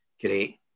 great